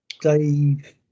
Dave